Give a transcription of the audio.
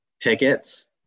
tickets